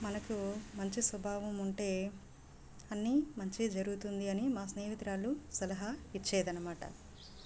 మనకు మంచి స్వభావం ఉంటే అన్నీ మంచే జరుగుతుంది అని మా స్నేహితురాలు సలహా ఇచ్చేదన్న మాట